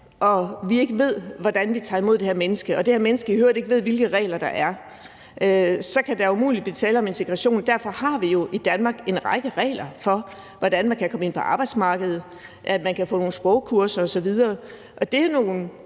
og vi ikke ved, hvordan vi tager imod det her menneske, og det her menneske i øvrigt ikke ved, hvilke regler der er, så kan der umuligt blive tale om integration. Derfor har vi jo i Danmark en række regler for, hvordan man kan komme ind på arbejdsmarkedet, og for, at man kan få nogle sprogkurser osv. Og det er nogle